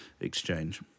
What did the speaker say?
exchange